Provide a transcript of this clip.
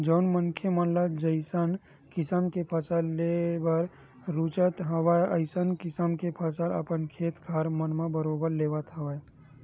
जउन मनखे मन ल जइसन किसम के फसल लेबर रुचत हवय अइसन किसम के फसल अपन खेत खार मन म बरोबर लेवत हवय